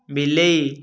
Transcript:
ବିଲେଇ